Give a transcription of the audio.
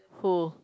who